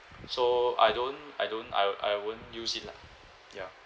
so I don't I don't I I won't use it lah ya